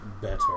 better